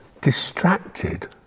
distracted